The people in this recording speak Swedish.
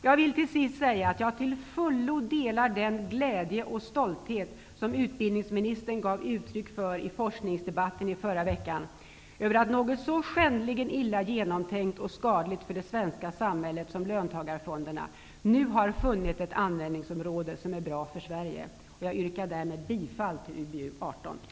Jag vill till sist säga att jag till fullo delar den glädje och stolthet som utbildningsministern gav uttryck för i forskningsdebatten i förra veckan över att något så skändligen illa genomtänkt och skadligt för det svenska samhället som löntagarfonderna, nu har funnit ett användningsområde som är bra för Sverige. Jag yrkar därmed bifall till utskottets hemställan i UbU18.